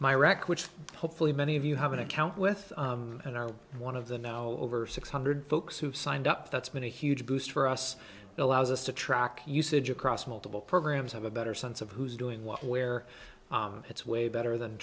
record which hopefully many of you have an account with and are one of them now over six hundred folks who signed up that's been a huge boost for us allows us to track usage across multiple programs have a better sense of who's doing what where it's way better than